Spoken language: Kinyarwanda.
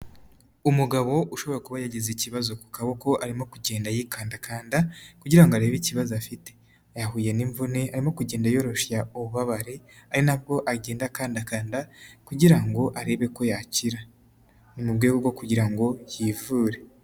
Umugabo ushobora kuba yagize ikibazo ku kaboko, arimo kugenda yikandakanda, kugira ngo arebe ikibazo afite, yahuye n'imvune arimo kugenda yoroshya ububabare, ari nabwo agenda akandakanda kugira ngo arebe ko yakira mu buryo bwo kugira ngo yifure.